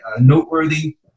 Noteworthy